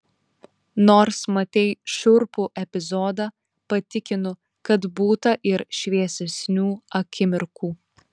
nors matei šiurpų epizodą patikinu kad būta ir šviesesnių akimirkų